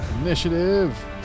Initiative